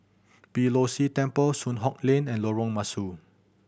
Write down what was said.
Beeh Low See Temple Soon Hock Lane and Lorong Mesu